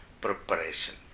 preparation